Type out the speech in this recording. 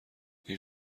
این